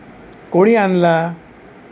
कोणी आणला